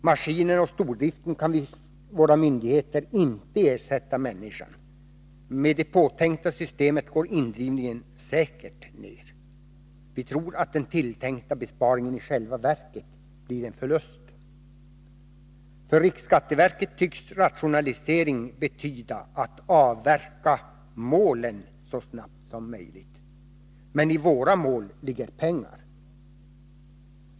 Maskinerna och stordriften kan vid våra myndigheter inte ersätta människan. Med det påtänkta systemet går indrivningen säkert ner. Vi tror att den tilltänkta besparingen i själva verket blir en förlust. För riksskatteverket tycks rationalisering betyda att avverka målen så snabbt som möjligt. Men i våra mål ligger pengar.